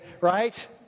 right